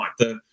right